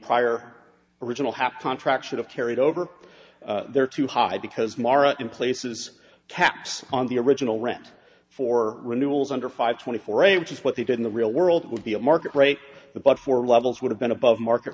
prior original hap contract should have carried over there too high because mara in places caps on the original rent for renewals under five twenty four a which is what they did in the real world would be a market rate the but four levels would have been above market